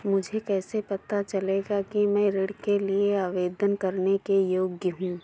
मुझे कैसे पता चलेगा कि मैं ऋण के लिए आवेदन करने के योग्य हूँ?